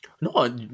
No